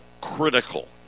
critical